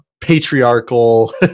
patriarchal